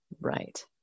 Right